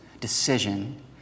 decision